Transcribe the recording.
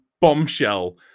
bombshell